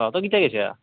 অঁ তই কেতিয়া গেইছা